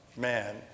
man